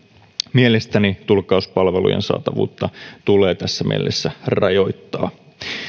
mielestäni tulkkauspalvelujen saatavuutta tulee tässä mielessä rajoittaa